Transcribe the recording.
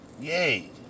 Yay